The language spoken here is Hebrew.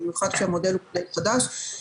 במיוחד שהמודל הוא חדש.